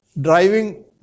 driving